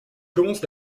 commence